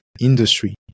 industry